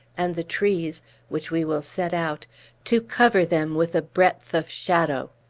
and the trees which we will set out to cover them with a breadth of shadow.